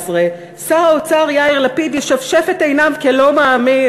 שר האוצר יאיר לפיד ישפשף את עיניו כלא מאמין.